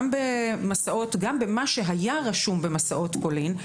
גם במה שהיה רשום במסעות פולין,